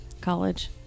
college